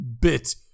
bit